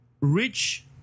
rich